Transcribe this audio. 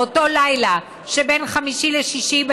באותו לילה שבין חמישי לשישי,